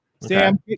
Sam